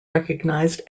recognized